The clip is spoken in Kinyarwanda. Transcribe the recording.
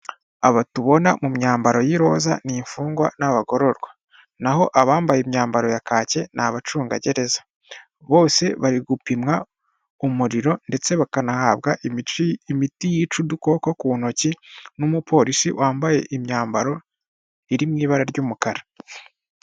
Aba tubona mu myambaro y'iroza ni imfungwa n'abagororwa naho abambaye imyambaro ya kaki ni abacungagereza, bose bari gupimwa umuriro ndetse bakanahabwa imiti yica udukoko ku ntoki n'umupolisi wambaye imyambaro iri mu ibara ry'umukara.